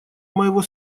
моего